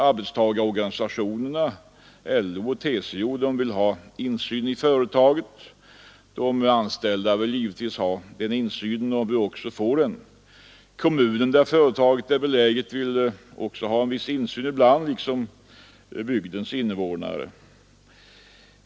Arbetstagarorganisationerna LO och TCO vill ha insyn i företagen. De anställda vill ha insyn och bör också få det. Kommunen där företaget är beläget vill också ha viss insyn ibland, liksom bygdens invånare.